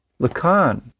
Lacan